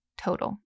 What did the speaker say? total